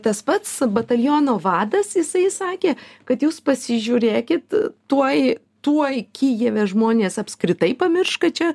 tas pats bataliono vadas jisai sakė kad jūs pasižiūrėkit tuoj tuoj kijeve žmonės apskritai pamirš kad čia